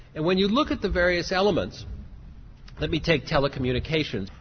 and when you look at the various elements let me take telecommunications.